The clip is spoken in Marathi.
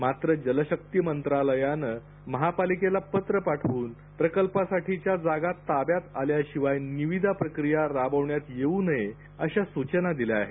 मात्र जलशक्ती मंत्रालयानं महापालिकेला पत्र पाठवून प्रकल्पासाठीच्या जागा ताब्यात आल्याशिवाय निविदा प्रक्रिया राबविण्यात येऊ नये अशा सूचना दिल्या आहेत